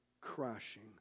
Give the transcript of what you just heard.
crashing